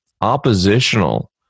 oppositional